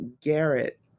Garrett